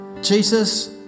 Jesus